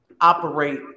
operate